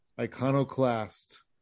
Iconoclast